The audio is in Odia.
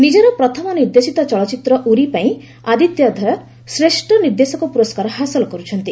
ନିଜର ପ୍ରଥମ ନିର୍ଦ୍ଦେଶିତ ଚଳଚ୍ଚିତ୍ର 'ଉରୀ' ପାଇଁ ଆଦିତ୍ୟ ଧର୍ ଶ୍ରେଷ୍ଠ ନିର୍ଦ୍ଦେଶକ ପୁରସ୍କାର ହାସଲ କରୁଛନ୍ତି